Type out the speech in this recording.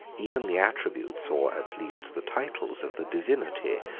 even the attributes, or at least the titles, of the divinity,